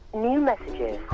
new messages.